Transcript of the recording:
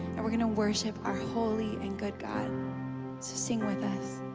and we're gonna worship our holy and good god. so sing with us.